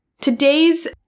Today's